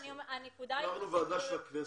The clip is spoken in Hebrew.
אנחנו ועדה של הכנסת.